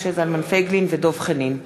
משה זלמן פייגלין ודב חנין בנושא: